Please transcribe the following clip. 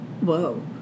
Whoa